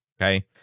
okay